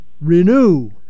renew